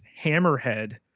hammerhead